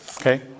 okay